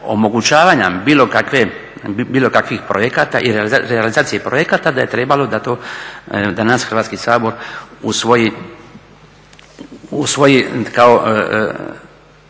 omogućavanja bilo kakvih projekata i realizacije projekta da je trebalo da to danas Hrvatski sabor usvoji